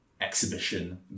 exhibition